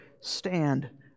stand